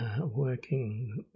working